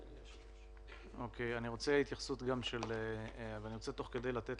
גם לתת